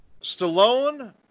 Stallone